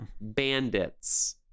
Bandits